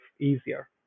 easier